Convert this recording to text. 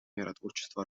миротворчества